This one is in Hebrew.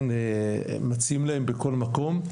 מציעים להם בכל מקום,